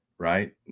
right